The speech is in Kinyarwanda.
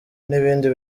n’ibindi